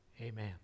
Amen